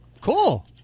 cool